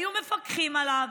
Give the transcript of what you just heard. היו מפקחים עליו,